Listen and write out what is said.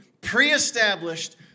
pre-established